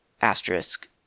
asterisk